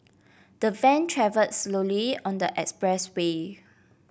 the van travelled slowly on the expressway